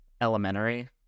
elementary